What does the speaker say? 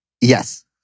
Yes